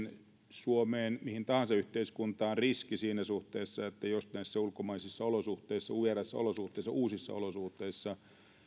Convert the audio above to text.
suomeen mihin tahansa yhteiskuntaan riski siinä suhteessa että jos näissä ulkomaisissa olosuhteissa vieraissa olosuhteissa uusissa olosuhteissa